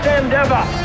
endeavor